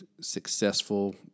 successful